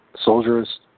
soldiers